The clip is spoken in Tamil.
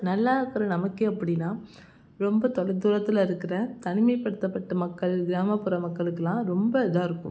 நல்லாருக்கிற நமக்கே இப்படின்னா ரொம்ப தொலைதூரத்தில் இருக்கிற தனிமைப்படுத்தப்பட்ட மக்கள் கிராமப்புற மக்களுக்கெலாம் ரொம்ப இதாக இருக்கும்